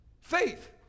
Faith